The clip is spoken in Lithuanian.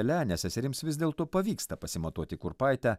pelenę seserims vis dėlto pavyksta pasimatuoti kurpaitę